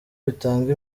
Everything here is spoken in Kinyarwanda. bitanga